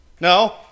No